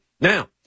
Now